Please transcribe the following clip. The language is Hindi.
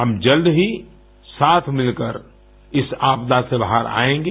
हम जल्द ही साथ मिलकर इस आपदा से बाहर आएंगे